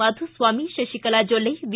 Madhuswamy Shashikala Jolle V